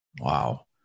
Wow